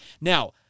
Now